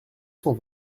cent